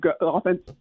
offense